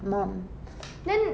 mum then